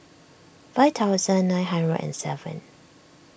five thousand nine hundred and seven